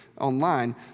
online